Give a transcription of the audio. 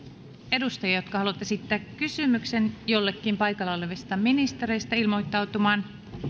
edustajia jotka haluavat esittää kysymyksen jollekin paikalla olevista ministereistä ilmoittautumaan